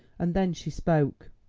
and then she spoke.